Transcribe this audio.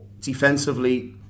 defensively